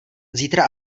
zítra